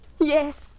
Yes